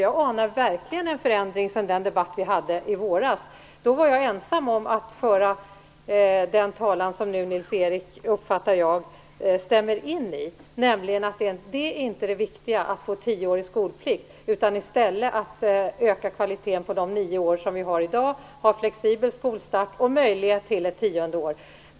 Jag anar verkligen en förändring sedan den debatt vi hade i våras. Då var jag ensam om att föra den talan som nu Nils-Erik Söderqvist, som jag uppfattar det, stämmer in i, nämligen att det viktiga inte är att få tioårig skolplikt, utan i stället att öka kvaliteten på de nio år som vi har i dag, ha flexibel skolstart och möjlighet till ett tionde år.